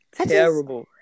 terrible